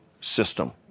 system